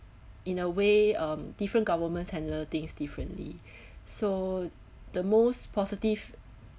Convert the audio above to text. in a way um different governments handle things differently so the most positive